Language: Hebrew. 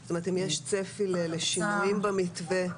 עם האוצר -- האם יש צפי לשינויים במתווה?